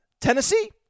Tennessee